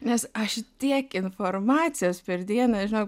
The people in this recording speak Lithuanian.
nes aš tiek informacijos per dieną žinau